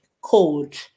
code